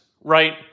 right